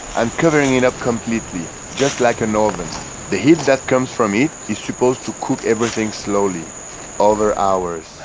um covering it up completely just like an oven the heat that comes from it is supposed to cook everything slowly over hours